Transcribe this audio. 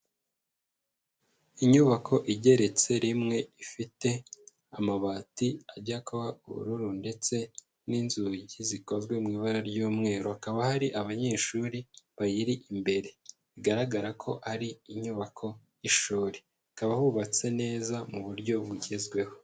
Inyubako igeretse rimwe ifite amabati ajya kuba ubururu ndetse n'inzugi zikozwe mu ibara ry'umweru, hakaba hari abanyeshuri bayiri imbere bigaragara ko ari inyubako y'ishuri, hakaba hubatse neza mu buryo bugezweho.